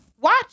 watch